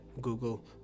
Google